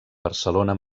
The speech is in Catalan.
barcelona